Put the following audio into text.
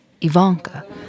Ivanka